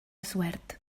suert